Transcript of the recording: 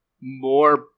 more